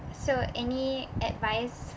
so any advice